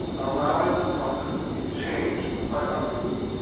allowing the process to be changed by others.